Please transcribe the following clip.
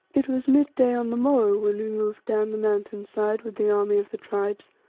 it was midday on the morrow when we moved down the mountain-side with the army of the tribes,